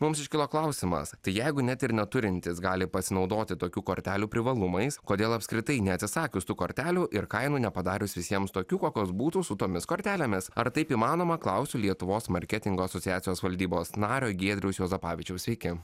mums iškilo klausimas tai jeigu net ir neturintys gali pasinaudoti tokių kortelių privalumais kodėl apskritai neatsisakius tų kortelių ir kainų nepadarius visiems tokių kokios būtų su tomis kortelėmis ar taip įmanoma klausiu lietuvos marketingo asociacijos valdybos nario giedriaus juozapavičiaus sveiki